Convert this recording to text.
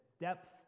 depth